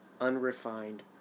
unrefined